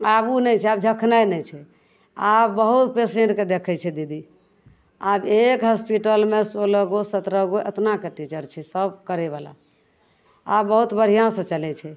आब उ नहि छै आब झखनाइ नहि छै आब बहुत पेसेन्टके देखय छै दीदी आब एक हॉस्पिटलमे सोलह गो सत्रह गो एतना कऽ टीचर छै सब करयवला आब बहुत बढ़िआँसँ चलय छै